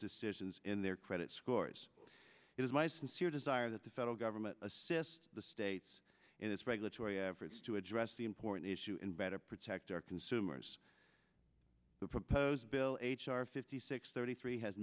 decisions in their credit scores it is my sincere desire that the federal government assist the states in its regulatory efforts to address the important issue and better protect our consumers the proposed bill h r fifty six thirty three has